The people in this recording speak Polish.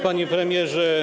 Panie Premierze!